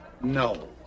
No